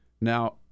Now